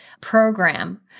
program